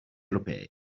europee